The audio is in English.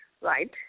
right